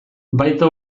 baita